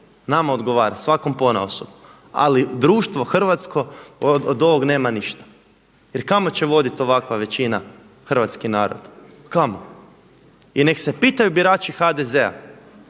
nama odgovara, svakom ponaosob. Ali društvo hrvatsko od ovoga nema ništa jer kamo će voditi ovakva većina hrvatski narod, kamo? I nek se pitaju birači HDZ-a